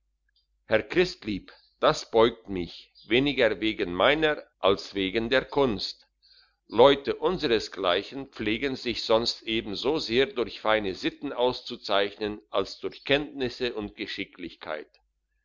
herr christlieb das beugt mich weniger wegen meiner als wegen der kunst leute unsersgleichen pflegen sich sonst eben so sehr durch feine sitten auszuzeichnen als durch kenntnisse und geschicklichkeit